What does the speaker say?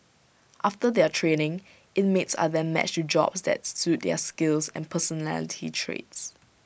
after their training inmates are then matched to jobs that suit their skills and personality traits